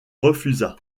refusa